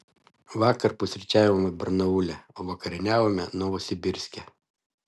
vakar pusryčiavome barnaule o vakarieniavome novosibirske